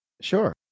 sure